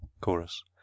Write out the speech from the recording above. Chorus